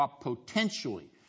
potentially